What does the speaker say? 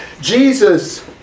Jesus